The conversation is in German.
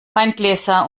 weingläser